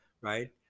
right